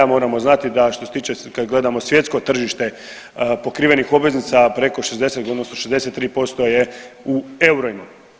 Moramo znati da što se tiče kad gledamo svjetsko tržište pokrivenih obveznica, preko 60 odnosno 63% je u eurima.